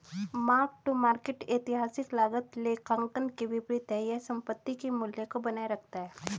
mark to market ऐतिहासिक लागत लेखांकन के विपरीत है यह संपत्ति के मूल्य को बनाए रखता है